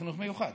לחינוך מיוחד.